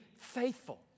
faithful